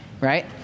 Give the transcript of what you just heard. right